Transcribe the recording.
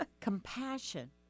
Compassion